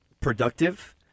productive